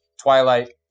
Twilight